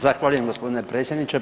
Zahvaljujem gospodine predsjedniče.